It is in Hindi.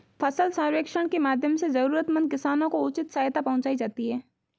फसल सर्वेक्षण के माध्यम से जरूरतमंद किसानों को उचित सहायता पहुंचायी जाती है